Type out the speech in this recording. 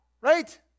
Right